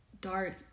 dark